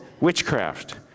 witchcraft